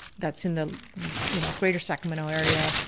that's in the you know greater sacramento area,